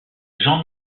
jean